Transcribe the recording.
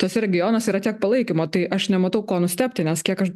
tuose regionuose yra tiek palaikymo tai aš nematau ko nustebti nes kiek aš